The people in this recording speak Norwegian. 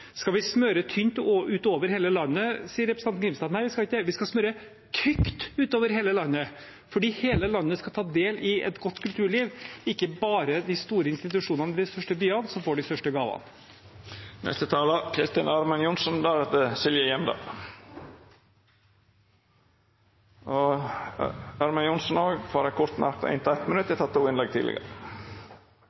Skal vi smøre tynt utover hele landet, spør representanten Grimstad. Nei, vi skal ikke det. Vi skal smøre tykt utover hele landet, for hele landet skal ta del i et godt kulturliv, ikke bare de store institusjonene i de største byene, som får de største gavene. Representanten Kristin Ørmen Johnsen har hatt ordet to gonger tidlegare og får ordet til ein kort merknad, avgrensa til 1 minutt.